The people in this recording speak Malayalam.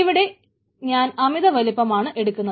ഇവിടെ ഞാൻ അമിത വലുപ്പമാണ് എടുക്കുന്നത്